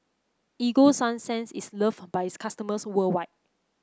Ego Sunsense is loved by its customers worldwide